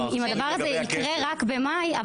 אם הדבר הזה יקרה רק במאי,